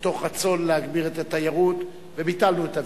מתוך רצון להגביר את התיירות וביטלנו את הוויזות.